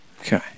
Okay